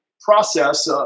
process